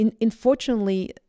Unfortunately